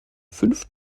fünf